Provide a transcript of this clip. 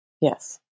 Yes